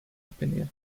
opinion